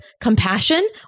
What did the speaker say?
compassion